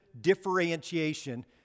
differentiation